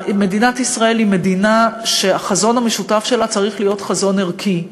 מדינת ישראל היא מדינה שהחזון המשותף שלה צריך להיות חזון ערכי.